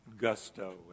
gusto